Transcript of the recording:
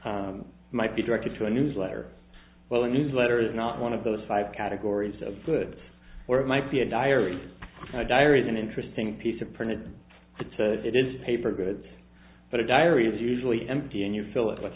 might be directed to a newsletter well a newsletter is not one of those five categories of goods or it might be a diary diaries an interesting piece of print it is paper goods but a diary is usually empty and you fill it with